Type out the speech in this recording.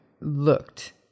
looked